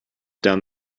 down